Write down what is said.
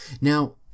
Now